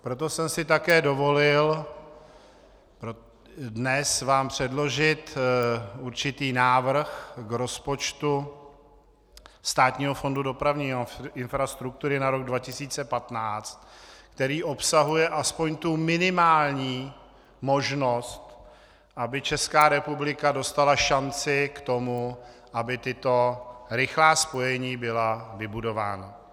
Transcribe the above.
Proto jsem si také dovolil dnes vám předložit určitý návrh k rozpočtu Státního fondu dopravní infrastruktury na rok 2015, který obsahuje aspoň tu minimální možnost, aby Česká republika dostala šanci k tomu, aby tato rychlá spojení byla vybudována.